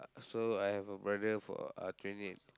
so I have a brother for uh twenty eight